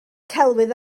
celwydd